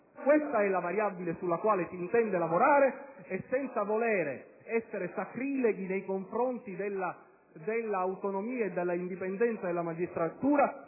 Questa è la variabile sulla quale si intende lavorare e, senza voler essere sacrileghi nei confronti dell'autonomia e dell'indipendenza della magistratura,